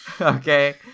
Okay